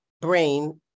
brain